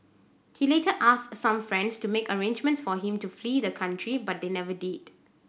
he later asked some friends to make arrangements for him to flee the country but they never did